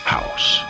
House